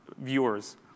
viewers